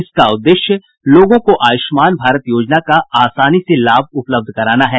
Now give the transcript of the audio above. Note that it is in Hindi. इसका उद्देश्य लोगों को आयुष्मान भारत योजना का आसानी से लाभ उपलब्ध कराना है